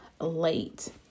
late